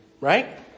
right